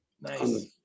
Nice